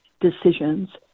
decisions